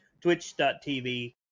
twitch.tv